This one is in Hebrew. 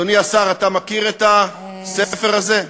אדוני השר, אתה מכיר את הספר הזה?